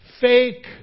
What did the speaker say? fake